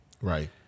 Right